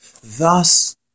Thus